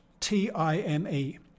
T-I-M-E